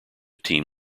team